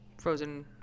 frozen